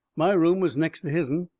my room was next to his'n,